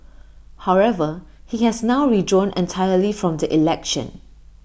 however he has now withdrawn entirely from the election